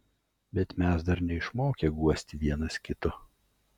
bet mes dar neišmokę guosti vienas kito